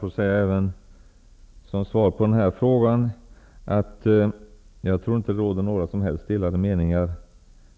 Fru talman! Jag tror inte att det råder några som helst delade meningar